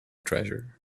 treasure